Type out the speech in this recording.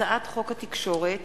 הצעת חוק התקשורת